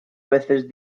veces